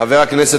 חבר הכנסת